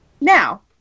Now